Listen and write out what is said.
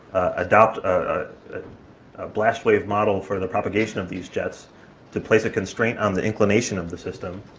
adopt a blast wave model for the propagation of these jets to place a constraint on the inclination of the system,